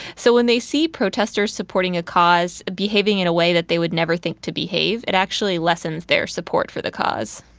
so when they see protesters supporting a cause, behaving in a way that they would never think to behave, it actually lessens their support for the cause.